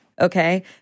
okay